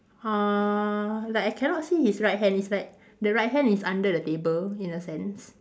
uh like I cannot see his right hand it's like the right hand is under the table in a sense